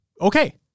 okay